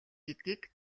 гэдгийг